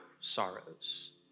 sorrows